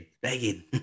Begging